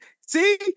See